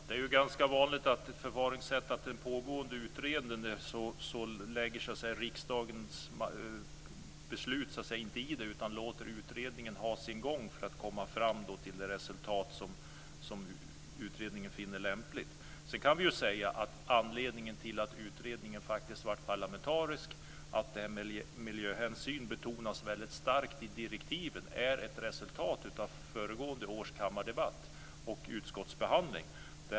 Fru talman! Det är ett ganska vanligt förfaringssätt att inte lägga sig i en pågående utredning när det gäller riksdagens beslut, utan utredningen får ha sin gång för att komma fram till det resultat som utredningen finner lämpligt. Anledningen till att utredningen faktiskt blev en parlamentarisk sådan och att miljöhänsynen betonas väldigt starkt i direktiven är ett resultat av föregående års kammardebatt och utskottsbehandling.